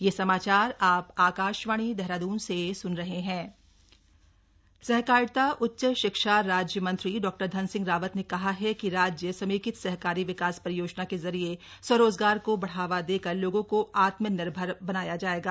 धन सिंह रावत सहकारिता उच्च शिक्षा राज्य मंत्री डॉ धन सिंह रावत ने कहा है कि राज्य समेकित सहकारी विकास परियोजना के जरिये स्वरोजगार को बढ़वा देकर लोगों को आत्मनिर्भर बनाया जायेगा